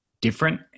different